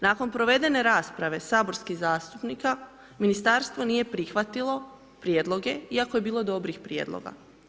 Nakon provedene rasprave saborskih zastupnika, Ministarstvo nije prihvatilo prijedloge iako je bilo dobrih prijedloga.